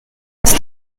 ist